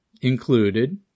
included